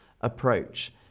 approach